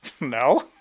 No